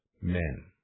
men